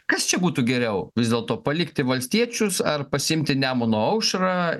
kas čia būtų geriau vis dėlto palikti valstiečius ar pasiimti nemuno aušrą